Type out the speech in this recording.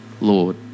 Lord